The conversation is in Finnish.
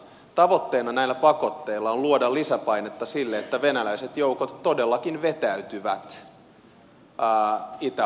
tavoitteena näillä pakotteilla on luoda lisäpainetta sille että venäläiset joukot todellakin vetäytyvät itä ukrainasta